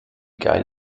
geil